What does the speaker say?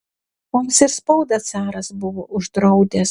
mums ir spaudą caras buvo uždraudęs